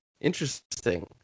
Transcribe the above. Interesting